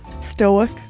stoic